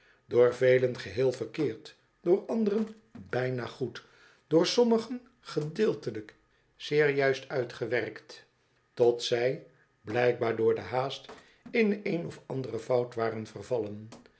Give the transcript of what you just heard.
door velen geheel verkeerd door anderen bijna goed door sommigen gedeeltelijk zeer juist uitgewerkt tot zij blijkbaar door de haast in een of andere fout waren vervallen